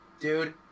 dude